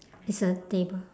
it's a table